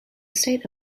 state